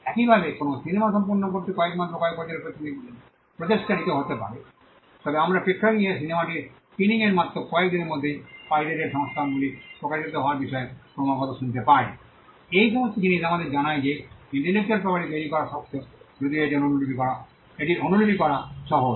একইভাবে কোনও সিনেমা সম্পূর্ণ হতে কয়েক মাস বা কয়েক বছরের প্রচেষ্টা নিতে পারে তবে আমরা প্রেক্ষাগৃহে সিনেমাটির স্ক্রিনিংয়ের মাত্র কয়েক দিনের মধ্যে পাইরেটেড সংস্করণগুলি প্রকাশিত হওয়ার বিষয়ে ক্রমাগত শুনতে পাই এই সমস্ত জিনিস আমাদের জানায় যে ইন্টেলেকচুয়াল প্রপার্টি তৈরি করা শক্ত যদিও এটির অনুলিপি করা সহজ